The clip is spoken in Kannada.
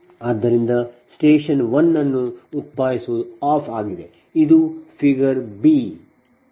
ಆದ್ದರಿಂದ ಸ್ಟೇಷನ್ 1 ಅನ್ನು ಉತ್ಪಾದಿಸುವುದು ಆಫ್ ಆಗಿದೆ ಇದು ಫಿಗರ್ Bಬಿ